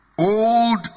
old